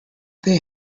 they